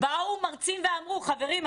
באו מרצים ואמרו: חברים,